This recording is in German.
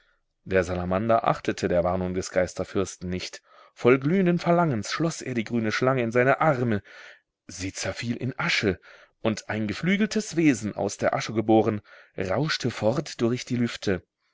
der salamander achtete der warnung des geisterfürsten nicht voll glühenden verlangens schloß er die grüne schlange in seine arme sie zerfiel in asche und ein geflügeltes wesen aus der asche geboren rauschte fort durch die lüfte